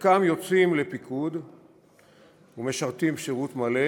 חלקם יוצאים לפיקוד ומשרתים שירות מלא